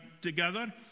together